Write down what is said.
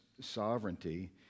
sovereignty